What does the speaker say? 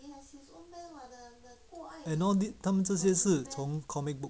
and all this 他们这些是从 comic book